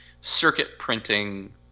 circuit-printing